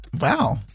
Wow